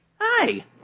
Hi